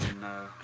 no